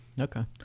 okay